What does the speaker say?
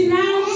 now